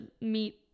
meet